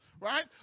right